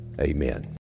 amen